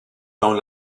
dans